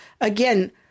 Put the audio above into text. again